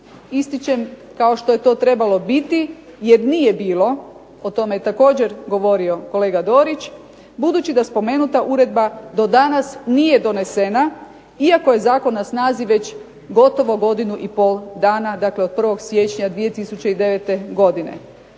Ističem kao što je to trebalo biti jer nije bilo, o tome je također govorio kolega Dorić, budući da spomenuta uredba do danas nije donesena iako je zakon na snazi već gotovo godinu i pol dana. Dakle, od 01. siječnja 2009. godine.